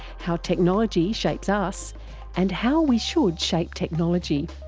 how technology shapes us and how we should shape technology.